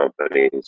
companies